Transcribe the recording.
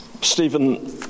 Stephen